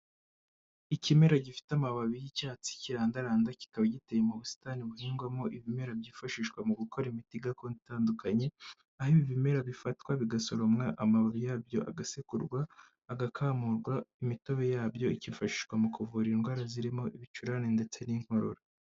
Ikimera gifite amababi y'icyatsi kirandaranda kikaba giteye mu busitani buhingwamo ibimera byifashishwa mu gukora imiti gakondo itandukanye, aho ibi bimera bifatwa bigasoromwa amababi yabyo agasekurwa, agakamurwa, imitobe yabyo ikifashishwa mu kuvura indwara zirimo ibicurane ndetse n'inkorora.